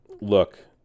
look